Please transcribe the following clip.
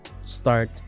start